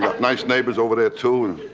nice neighbors over there, too.